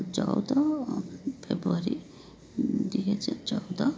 ଚଉଦ ଫେବୃୟାରୀ ଦୁଇହଜାର ଚଉଦ